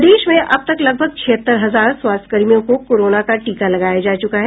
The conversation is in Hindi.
प्रदेश में अब तक लगभग छिहत्तर हजार स्वास्थ्यकर्मियों को कोरोना का टीका लगाया जा चुका है